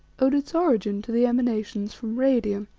owed its origin to the emanations from radium,